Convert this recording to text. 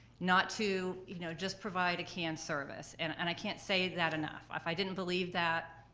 not to you know just provide a canned service, and and i can't say that enough. if i didn't believe that,